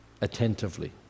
attentively